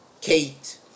Kate